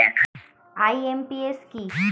IMPS কি?